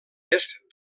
est